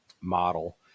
model